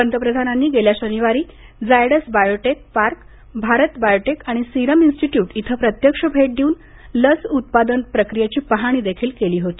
पंतप्रधानांनी गेल्या शनिवारी Zydus biotech park Bharat biotech आणि सिरम इन्स्टिट्यूट इथं प्रत्यक्ष भेट देऊन लस उत्पादन प्रक्रियेची पाहणी देखील केली होती